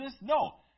No